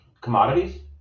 Commodities